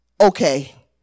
Okay